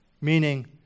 Meaning